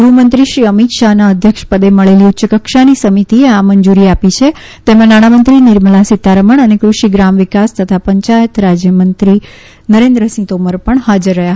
ગ્રહમંત્રીશ્રી અમીત શાહના અધ્યક્ષપદે મળેલી ઉચ્ચકક્ષાની સમિતિએ આ મંજૂરી આપી છે તેમાં નાણાંમંત્રી નિર્મળા સીતારમણ અને કૃષિ ગ્રામવિકાસ તથા પંચાયતી રાજમંત્રી નરેન્દ્રસિંહ તોમર પણ હાજર રહ્યા